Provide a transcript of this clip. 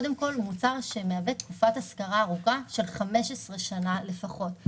מוצר שמהווה תקופת השכרה ארוכה של 15 שנה לפחות,